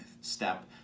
step